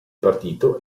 partito